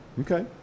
Okay